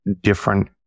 different